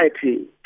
society